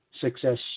success